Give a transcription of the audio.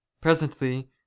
Presently